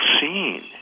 scene